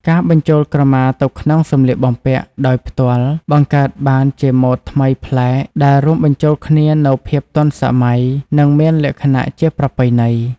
ការបញ្ចូលក្រមាទៅក្នុងសម្លៀកបំពាក់ដោយផ្ទាល់ បង្កើតបានជាម៉ូដថ្មីប្លែក ដែលរួមបញ្ចូលគ្នានូវភាពទាន់សម័យ និងមានលក្ខណជាប្រពៃណី។